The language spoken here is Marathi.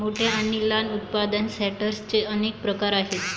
मोठ्या आणि लहान उत्पादन सॉर्टर्सचे अनेक प्रकार आहेत